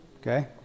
Okay